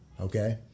Okay